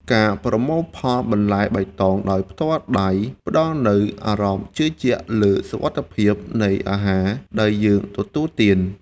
ការប្រមូលផលបន្លែបៃតងដោយផ្ទាល់ដៃផ្តល់នូវអារម្មណ៍ជឿជាក់លើសុវត្ថិភាពនៃអាហារដែលយើងទទួលទាន។